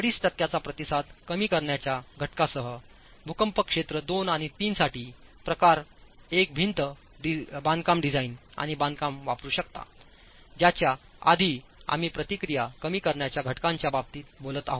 5 टक्क्यांचा प्रतिसाद कमी करण्याच्या घटकासह भूकंप क्षेत्रे II आणि III साठी प्रकार एक भिंत बांधकाम डिझाइन आणि बांधकाम वापरू शकता ज्याच्याआधी आम्हीप्रतिक्रिया कमी करण्याच्या घटकाच्याबाबतीत बोलत आहोत